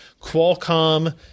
Qualcomm